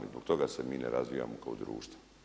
I zbog toga se mi ne razvijamo kao društvo.